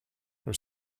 her